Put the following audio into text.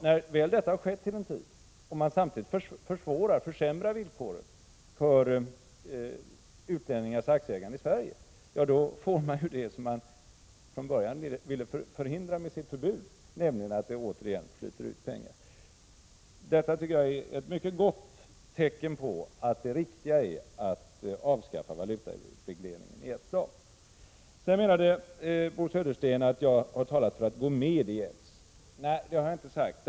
När detta väl har skett till en tid och man samtidigt försämrar villkoren för utlänningars aktieägande i Sverige, då blir resultatet det som man ville förhindra med sitt förbud, nämligen att det återigen flyter ut pengar. Detta tycker jag är ett mycket gott tecken på att det riktiga är att avskaffa valutaregleringen i ett slag. Bo Södersten menade att jag har talat för att vi skulle gå med i EMS. Nej, det har jag inte gjort.